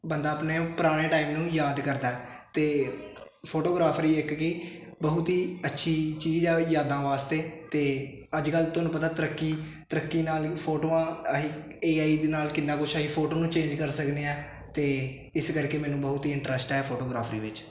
ਬੰਦਾ ਆਪਣੇ ਪੁਰਾਣੇ ਟਾਈਮ ਨੂੰ ਯਾਦ ਕਰਦਾ ਹੈ ਅਤੇ ਫੋਟੋਗ੍ਰਾਫਰੀ ਇੱਕ ਕੀ ਬਹੁਤ ਹੀ ਅੱਛੀ ਚੀਜ਼ ਆ ਯਾਦਾਂ ਵਾਸਤੇ ਅਤੇ ਅੱਜ ਕੱਲ੍ਹ ਤੁਹਾਨੂੰ ਪਤਾ ਤਰੱਕੀ ਤਰੱਕੀ ਨਾਲ ਫੋਟੋਆਂ ਆਈ ਏ ਆਈ ਦੇ ਨਾਲ ਕਿੰਨਾ ਕੁਛ ਫੋਟੋ ਨੂੰ ਚੇਂਜ ਕਰ ਸਕਦੇ ਹਾਂ ਅਤੇ ਇਸ ਕਰਕੇ ਮੈਨੂੰ ਬਹੁਤ ਹੀ ਇੰਟਰਸਟ ਹੈ ਫੋਟੋਗ੍ਰਾਫਰੀ ਵਿੱਚ